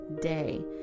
day